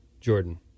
Jordan